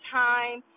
time